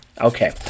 Okay